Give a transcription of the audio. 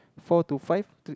four to five three